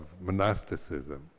monasticism